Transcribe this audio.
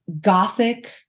gothic